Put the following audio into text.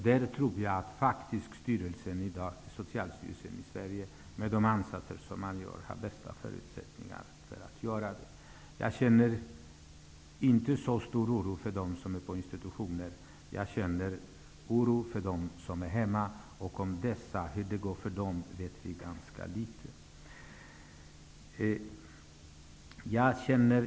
Där tror jag att Socialstyrelsen i Sverige i dag, med de ansatser som man gör, har de bästa förutsättningarna att göra det. Jag känner inte så stor oro för dem som är på institutioner. Jag känner oro för dem som är hemma; vi vet ganska litet om hur det går för dem.